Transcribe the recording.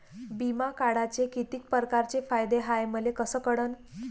बिमा काढाचे कितीक परकारचे फायदे हाय मले कस कळन?